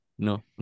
No